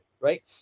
right